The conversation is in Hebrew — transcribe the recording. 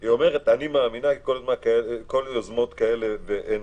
והיא אומרת: אני מאמינה שיוזמות כאלה הן